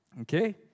Okay